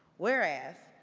whereas,